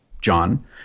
John